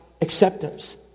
acceptance